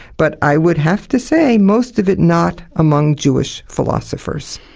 but i would have to say most of it not among jewish philosophers.